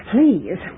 Please